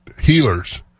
healers